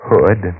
Hood